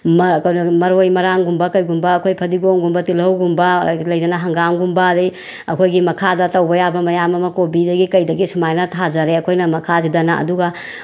ꯃꯔꯣꯏ ꯃꯔꯥꯡꯒꯨꯝꯕ ꯀꯩꯒꯨꯝꯕ ꯑꯩꯈꯣꯏ ꯐꯗꯤꯒꯣꯝꯒꯨꯝꯕ ꯇꯤꯜꯍꯧꯒꯨꯝꯕ ꯂꯩꯗꯅ ꯍꯪꯒꯥꯝꯒꯨꯝꯕ ꯑꯗꯒꯤ ꯑꯈꯣꯏꯒꯤ ꯃꯈꯥꯗ ꯇꯧꯕ ꯌꯥꯕ ꯃꯌꯥꯝ ꯑꯃ ꯀꯣꯕꯤꯗꯒꯤ ꯀꯩꯗꯒꯤ ꯑꯁꯨꯃꯥꯏꯅ ꯊꯥꯖꯔꯦ ꯑꯩꯈꯣꯏꯅ ꯃꯈꯥꯁꯤꯗꯅ ꯑꯗꯨꯒ